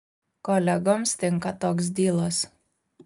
kolegoms tinka toks dylas